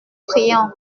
friant